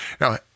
Now